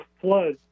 flood